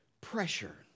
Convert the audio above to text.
pressure